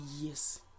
yes